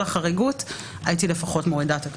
אז בגלל החריגות לפחות הייתי מורידה את הקנס.